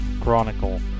chronicle